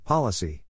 Policy